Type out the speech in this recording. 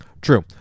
True